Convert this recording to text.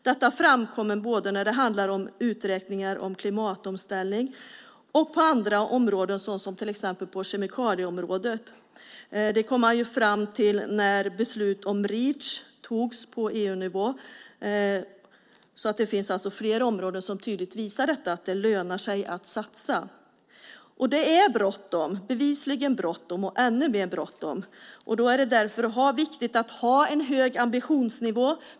Detta framkommer både när det handlar om uträkningar när det gäller klimatomställning och på andra områden, som till exempel kemikalieområdet. Det kom man fram till när beslutet om Reach fattades på EU-nivå. Det finns alltså flera områden som tydligt visar att det lönar sig att satsa. Det är bevisligen bråttom. Därför är det viktigt att ha en hög ambitionsnivå.